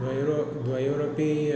द्वयोः द्वयोरपि